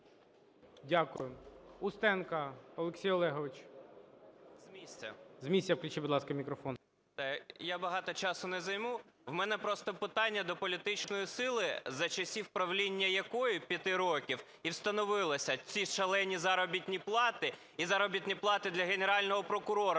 Дякую. Устенко Олексій Олегович. З місця, включіть, будь ласка, мікрофон. 16:27:10 УСТЕНКО О.О. Я багато часу не займу. У мене просто питання до політичної сили, за часів правління якої, п'яти років, і встановилися ці шалені заробітні плати і заробітні плати для Генерального прокурора